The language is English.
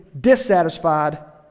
dissatisfied